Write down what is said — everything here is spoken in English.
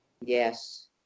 yes